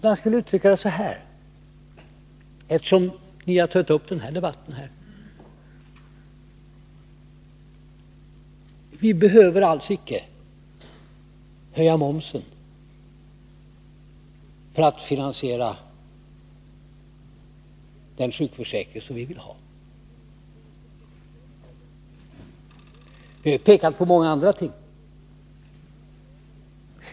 Jag skulle vilja uttrycka det så här, eftersom ni har tagit upp denna debatt: Vi behöver alls icke höja momsen för att finansiera den sjukförsäkring som vi villha. Vi har pekat på många andra ting.